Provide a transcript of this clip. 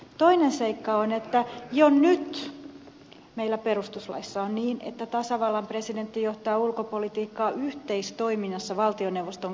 toinen seikka on että jo nyt meillä perustuslaissa lukee niin että tasavallan presidentti johtaa ulkopolitiikkaa yhteistoiminnassa valtioneuvoston kanssa